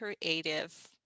creative